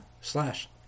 slash